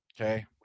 Okay